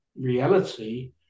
reality